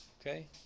Okay